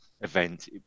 event